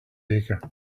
baker